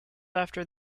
after